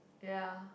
ya